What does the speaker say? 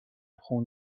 خون